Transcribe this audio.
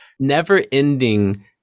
never-ending